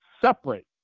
separate